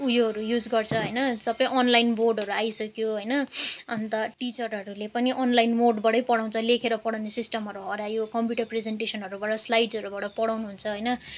उयोहरू युज गर्छ होइन सब अनलाइन बोर्डहरू आइसक्यो होइन अन्त टिचरहरूले पनि अनलाइन बोर्डबाट पढाउँछ लेखेर पढाउने सिस्टमहरू हरायो कम्प्युटर प्रेजेन्टेसनहरूबाट स्लाइडहरूबाट पढाउनु हुन्छ होइन